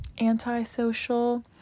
antisocial